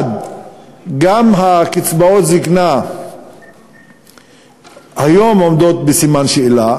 גם קצבאות הזיקנה היום עומדות בסימן שאלה,